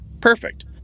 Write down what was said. Perfect